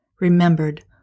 remembered